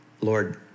Lord